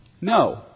No